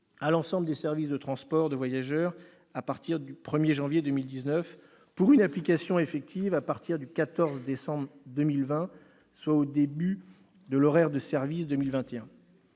à l'ensemble des services de transport de voyageurs à partir du 1 janvier 2019, pour une application effective à partir du 14 décembre 2020, soit au début de l'horaire de service 2021.